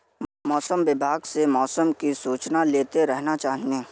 मौसम विभाग से मौसम की सूचना लेते रहना चाहिये?